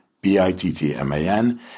B-I-T-T-M-A-N